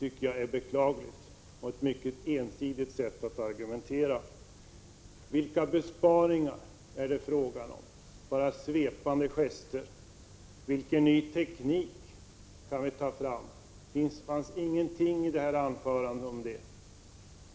Det är ett ensidigt sätt att argumentera. Vilka besparingar är det fråga om? Bara svepande gester! Vilken ny teknik kan vi ta fram? Det finns ingenting i anförandet om det.